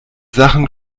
sachen